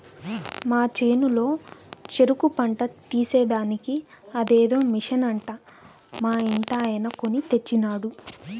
మా చేనులో చెరుకు పంట తీసేదానికి అదేదో మిషన్ అంట మా ఇంటాయన కొన్ని తెచ్చినాడు